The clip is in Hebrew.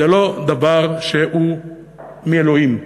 זה לא דבר שהוא מאלוהים.